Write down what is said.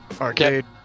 arcade